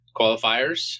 qualifiers